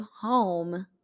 home